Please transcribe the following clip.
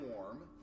Warm